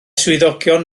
swyddogion